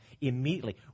immediately